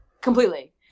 Completely